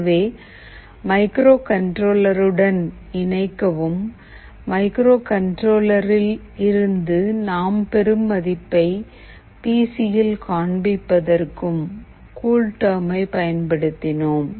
எனவே மைக்ரோகண்ட்ரோலர் உடன் இணைக்கவும் மைக்ரோகண்ட்ரோலரில் இருந்து நாம் பெரும் மதிப்பை பி சி யில் காண்பிப்பதற்கும் கூல்டெர்மை பயன்படுத்தினோம்